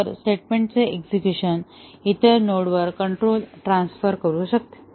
तर स्टेटमेंट चे एक्झेक्युशन इतर नोडवर कंट्रोल ट्रान्सफर करू शकते